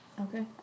Okay